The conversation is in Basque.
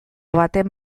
baten